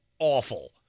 awful